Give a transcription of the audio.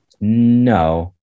No